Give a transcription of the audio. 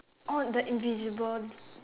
oh the invisible